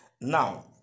Now